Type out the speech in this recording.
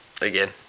again